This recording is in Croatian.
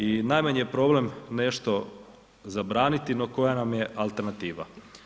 I najmanji je problem nešto zabraniti no koja nam je alternativa.